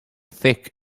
thick